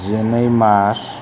जिनै मार्स